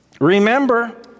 Remember